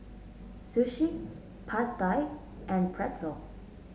Sushi Pad Thai and Pretzel